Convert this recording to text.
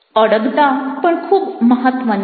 અડગતા પણ ખૂબ મહત્વની છે